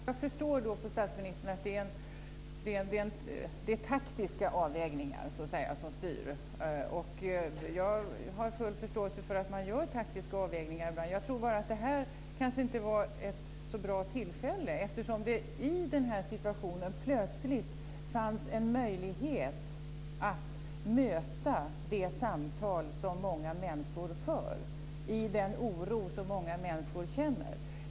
Fru talman! Jag förstår av statsministern att det är taktiska avvägningar som styr. Jag har full förståelse för att man gör taktiska avvägningar ibland. Men det här kanske inte var ett så bra tillfälle, eftersom det plötsligt fanns en möjlighet att möta det samtal som många människor för och den oro många människor känner.